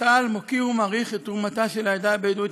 צה"ל מוקיר ומעריך את תרומתה של העדה הבדואית,